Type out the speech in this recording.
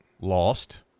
Lost